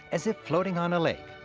as if floating on a lake,